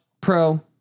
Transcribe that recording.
pro